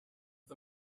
the